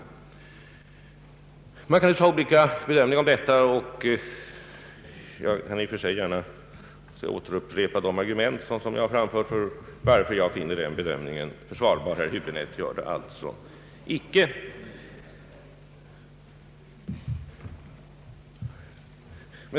Man kan naturligtvis ha olika uppfattningar om detta. Jag kan i och för sig gärna återupprepa argumenten, varför jag finner bedömningen försvarbar — herr Häbinette gör det alltså inte.